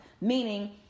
meaning